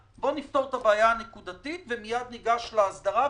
שנפתור את הבעיה הנקודתית ומיד ניגש להסדרה.